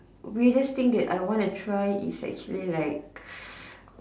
weirdest thing that I want to try is actually like